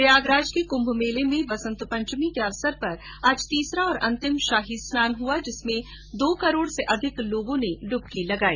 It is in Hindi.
प्रयागराज के कुम्भ मेले में वसंत पंचमी के अवसर पर आज तीसरा और अंतिम शाही स्नान हुआ जिसमें दो करोड़ से अधिक श्रद्वालुओं ने डुबकी लगाई